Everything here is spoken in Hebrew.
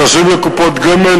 תשלומים לקופות גמל,